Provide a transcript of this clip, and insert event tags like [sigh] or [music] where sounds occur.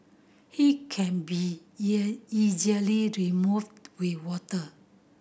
it can be [unintelligible] easily removed with water